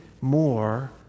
more